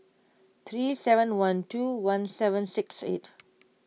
three seven one two one seven six eight